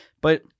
But-